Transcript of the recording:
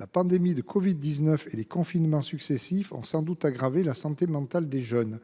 La pandémie de la covid 19 et les confinements successifs ont sans doute aggravé la santé mentale de nos jeunes.